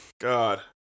God